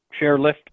chairlift